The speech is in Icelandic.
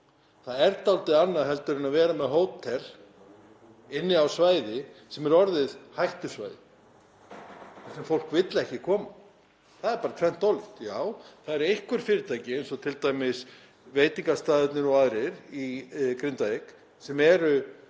í eitt ár heldur en að vera með hótel inni á svæði sem er orðið hættusvæði þangað sem fólk vill ekki koma. Það er bara tvennt ólíkt. Já, það eru einhver fyrirtæki eins og t.d. veitingastaðirnir og aðrir í Grindavík sem eru